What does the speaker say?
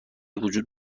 وجود